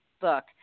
book